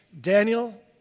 Daniel